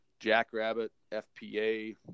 jackrabbitfpa